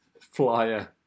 Flyer